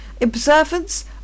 observance